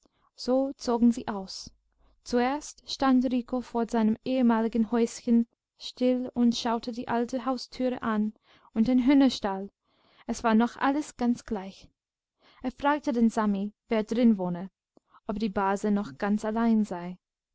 so zogen sie aus zuerst stand rico vor seinem ehemaligen häuschen still und schaute die alte haustüre an und den hühnerstall es war noch alles ganz gleich er fragte den sami wer drin wohne ob die base noch ganz allein sei